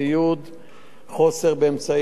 כל הדברים האלה הופיעו גם בדוח המבקר,